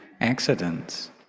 accidents